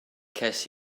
ces